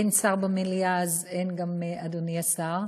אין שר במליאה, אז אין גם "אדוני השר",